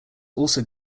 also